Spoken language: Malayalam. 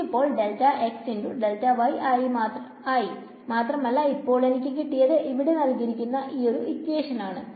ഇത് ഇപ്പോൾ ആയി മാത്രമല്ല ഇപ്പോൾ എനിക്ക് കിട്ടിയത് ആണ്